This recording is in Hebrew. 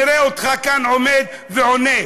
נראה אותך כאן עומד ועונה.